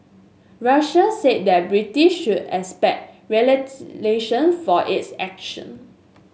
Russia said that Britain should expect for its action